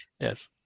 Yes